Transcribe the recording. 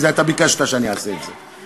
כי אתה ביקשת שאני אעשה את זה.